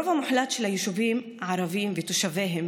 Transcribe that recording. הרוב המוחלט של היישובים הערביים ותושביהם